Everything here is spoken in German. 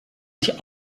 sich